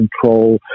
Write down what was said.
control